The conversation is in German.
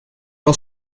aus